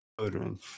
children